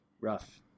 Rough